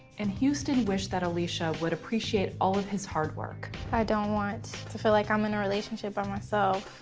and houston wished that aleshia would appreciate all of his hard work. i don't want to feel like i'm in a relationship by myself.